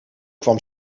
kwam